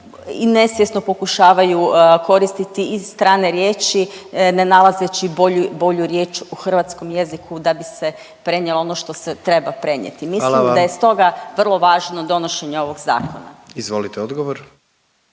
i nesvjesno pokušavaju koristiti i strane riječi ne nalazeći bolju riječ u hrvatskom jeziku, da bi se prenijelo ono što se treba prenijeti. Mislim da je … .../Upadica: Hvala vam./... stoga vrlo važno donošenje ovog Zakona. **Jandroković,